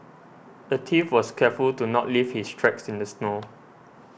the thief was careful to not leave his tracks in the snow